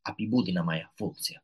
apibūdinamąją funkciją